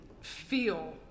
feel